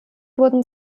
wurden